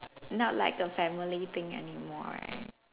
not like a family thing anymore right